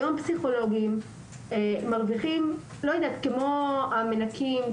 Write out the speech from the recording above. היום פסיכולוגים מרוויחים כמו המנקים,